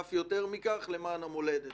ואף יותר מכך למען המולדת.